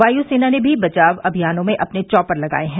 वायुसेना ने भी बचाव अभियानों में अपने चॉपर लगाए हैं